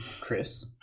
Chris